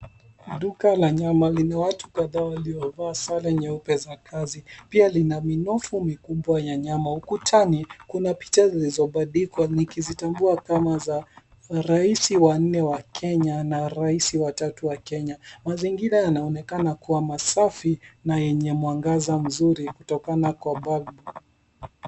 Duka la nyama lina watu kadhaa waliovaa sare nyeupe za kazi. Pia lina minofu mikubwa ya nyama. Ukutani, kuna picha zilizobandikwa nikizitambua kama za, raisi wa nne wa Kenya na rais watatu wa Kenya. Mazingira yanaonekana kuwa masafi, na yenye mwangaza mzuri, kutokana kwa bulb .